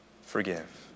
forgive